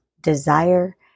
desire